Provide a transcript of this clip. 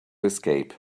escape